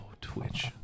Twitch